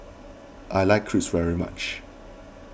I like Crepe very much